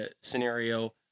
scenario